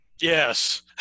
Yes